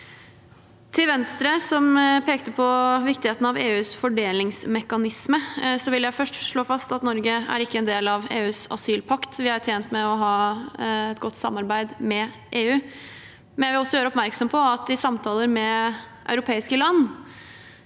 Til Venstre, som pekte på viktigheten av EUs fordelingsmekanisme, vil jeg først slå fast at Norge ikke er en del av EUs asylpakt. Vi er tjent med å ha et godt samarbeid med EU. Jeg vil imidlertid gjøre oppmerksom på at jeg i samtaler med europeiske land